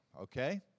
okay